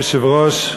אדוני היושב-ראש,